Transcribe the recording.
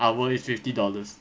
hour is fifty dollars